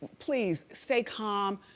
please stay calm,